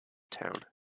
town